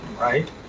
right